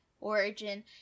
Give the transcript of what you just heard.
origin